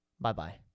Bye-bye